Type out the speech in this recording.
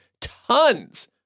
tons